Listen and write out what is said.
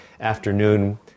afternoon